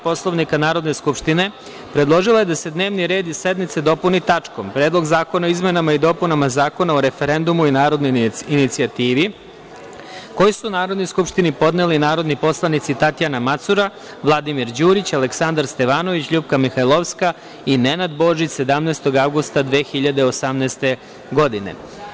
Poslovnika Narodne skupštine, predložila je da se dnevni red sednice dopuni tačkom – Predlog zakona o izmenama i dopunama Zakona o referendumu i narodnoj inicijativi, koji su Narodnoj skupštini podneli narodni poslanici Tatjana Macura, Vladimir Đurić, Aleksandar Stevanović, LJupka Mihajlovska i Nenad Božić 17. avgusta 2018. godine.